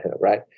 right